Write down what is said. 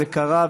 זה קרה,